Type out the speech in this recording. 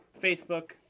Facebook